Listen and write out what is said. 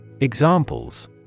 Examples